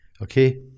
Okay